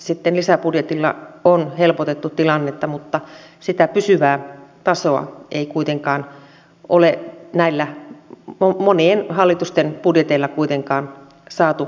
sitten lisäbudjetilla on helpotettu tilannetta mutta sitä pysyvää tasoa ei ole näillä monien hallitusten budjeteilla kuitenkaan saatu aikaan